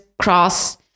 cross